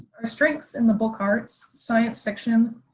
strengths in the book arts, science fiction,